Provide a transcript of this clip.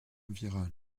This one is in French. virale